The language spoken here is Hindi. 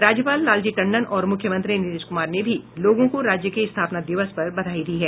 राज्यपाल लालजी टंडन और मुख्यमंत्री नीतीश कुमार ने भी लोगों को राज्य के स्थापना दिवस पर बधाई दी है